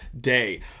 day